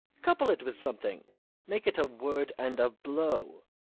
couple it with something make it a word and a blow.